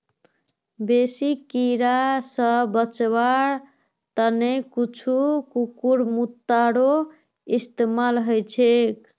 बेसी कीरा स बचवार त न कुछू कुकुरमुत्तारो इस्तमाल ह छेक